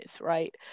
right